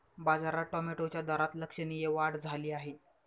बाजारात टोमॅटोच्या दरात लक्षणीय वाढ झाली आहे